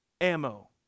ammo